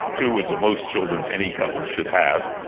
two is the most children any couple should have,